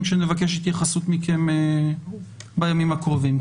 שנבקש התייחסות מכם בימים הקרובים.